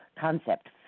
concept